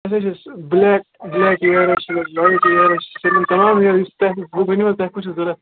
اَسہِ حظ چھُ بلیک بلیک ییر حظ چھُ وایِٹ ییر حظ چھُ تمام یُس تۄہہِ ؤنِو حظ تۄہہِ کپس چھو ضوٚرت